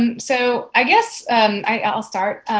and so i guess i will start.